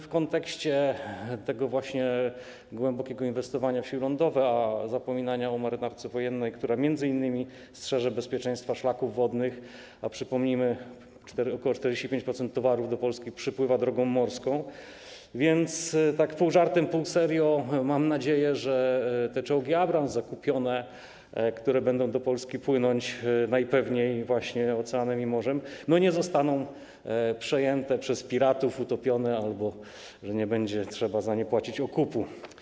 W kontekście tego głębokiego inwestowania w siły lądowe, a zapominania o marynarce wojennej, która m.in. strzeże bezpieczeństwa szlaków wodnych, a przypomnijmy, że ok. 45% towarów przypływa droga morską, tak pół żartem, pół serio mam nadzieję, że zakupione czołgi Abrams, które będą do Polski płynąć najpewniej właśnie oceanem i morzem, nie zostaną przejęte przez piratów, utopione i nie będzie trzeba za nie płacić okupu.